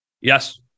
Yes